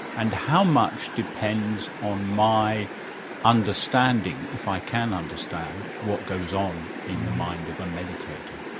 and how much depends on my understanding, if i can understand, what goes on in the mind of a meditator?